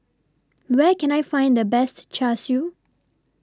Where Can I Find The Best Char Siu